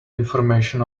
information